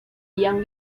ian